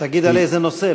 תגיד על איזה נושא,